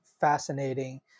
fascinating